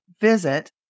Visit